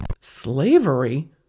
Slavery